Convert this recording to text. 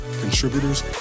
contributors